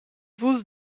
vus